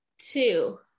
two